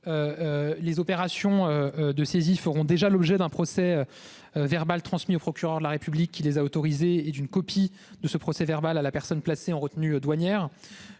Les opérations de saisies feront déjà l'objet d'un procès-. Verbal transmis au procureur de la République qui les a autorisés et d'une copie de ce procès verbal à la personne placé en retenue douanière.